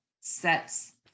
sets